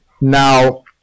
Now